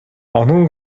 анын